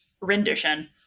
rendition